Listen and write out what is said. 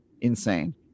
Insane